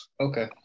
Okay